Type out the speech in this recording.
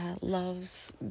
loves